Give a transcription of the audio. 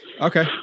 okay